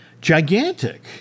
Gigantic